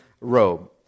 robe